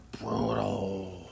brutal